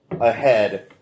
ahead